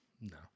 No